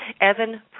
Evan